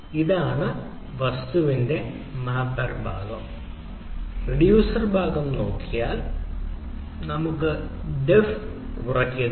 ഇതാണ് വസ്തുവിന്റെ മാപ്പർ ഭാഗം റിഡ്യൂസർ ഭാഗം നോക്കിയാൽ നമുക്ക് ഡെഫ് കുറയ്ക്കുന്നു